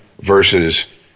versus –